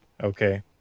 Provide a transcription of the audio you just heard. Okay